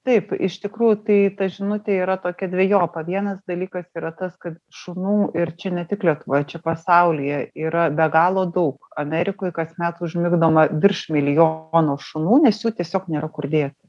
taip iš tikrųjų tai ta žinutė yra tokia dvejopa vienas dalykas yra tas kad šunų ir čia ne tik lietuvoj čia pasaulyje yra be galo daug amerikoj kasmet užmigdoma virš milijono šunų nes jų tiesiog nėra kur dėti